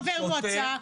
חבר מועצה,